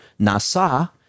NASA